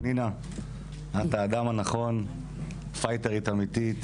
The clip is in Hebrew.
פנינה, את האדם הנכון, פייטרית אמיתית.